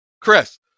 Chris